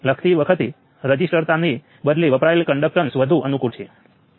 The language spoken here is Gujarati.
તેવી જ રીતે આ એક કે જે નોડ્સ 1 અને 2 વચ્ચેનું કન્ડકટન્સ પણ છે તે માઈનસ 1 મિલિસીમેન છે